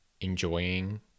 enjoying